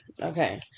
okay